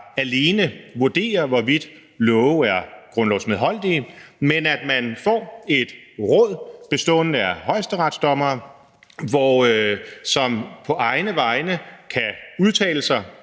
alene vurderer, hvorvidt love er grundlovsmedholdelige, men at man får et råd bestående af højesteretsdommere, som på egne vegne kan udtale sig